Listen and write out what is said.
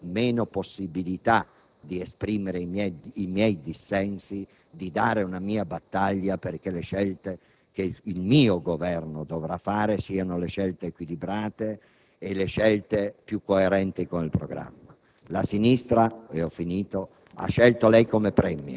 Io, dopo quella crisi, avrò meno possibilità di esprimere i miei dissensi, di fare una mia battaglia perché le scelte che il mio Governo dovrà fare siano equilibrate e le più coerenti con il programma.